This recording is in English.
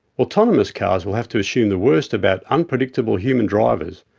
autonomous cars will have to assume the worst about unpredictable human drivers,